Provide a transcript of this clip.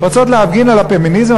רוצות להפגין על הפמיניזם,